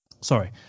sorry